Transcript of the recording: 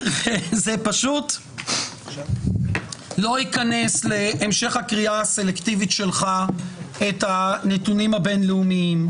זה פשוט לא ייכנס להמשך הקריאה הסלקטיבית של את הנתונים הבין-לאומיים,